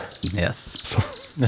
Yes